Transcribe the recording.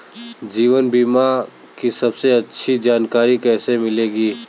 जीवन बीमा की सबसे अच्छी जानकारी कैसे मिलेगी?